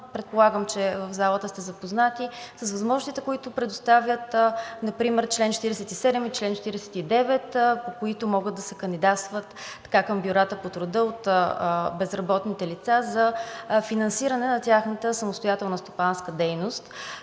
предполагам, че в залата сте запознати, с възможностите, които предоставят например чл. 47 и 49, по които може да се кандидатства към бюрата по труда от безработните лица за финансиране на тяхната самостоятелна стопанска дейност.